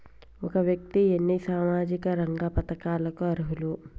ఒక వ్యక్తి ఎన్ని సామాజిక రంగ పథకాలకు అర్హులు?